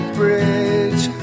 bridge